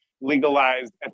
legalized